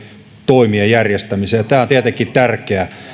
toimien järjestämiseen tämä on tietenkin tärkeää